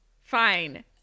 Fine